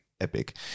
epic